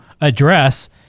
address